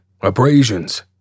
Abrasions